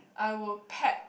I would pack